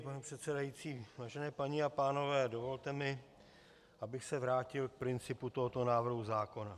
Pane předsedající, vážené paní a pánové, dovolte mi, abych se vrátil k principu tohoto návrhu zákona.